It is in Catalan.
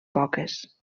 poques